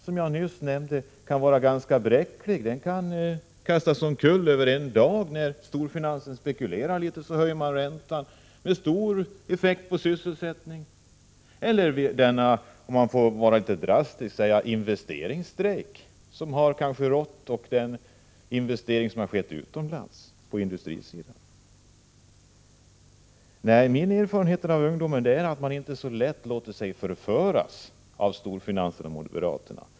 Som jag nyss nämnde kan den vara ganska bräcklig, den kan kastas omkull över en dag. När storfinansen spekulerar litet höjer man räntan, med stor effekt på sysselsättningen. Om man får vara litet drastisk kan man nämna den investeringsstrejk som har rått och den investering på industrisidan som skett utomlands. Min erfarenhet av ungdomar är att de inte så lätt låter sig förföras av storfinanserna och moderaterna.